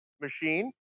machine